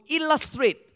illustrate